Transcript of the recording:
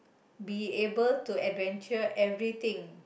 be able to adventure everything